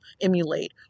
emulate